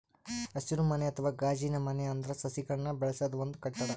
ಹಸಿರುಮನೆ ಅಥವಾ ಗಾಜಿನಮನೆ ಅಂದ್ರ ಸಸಿಗಳನ್ನ್ ಬೆಳಸದ್ ಒಂದ್ ಕಟ್ಟಡ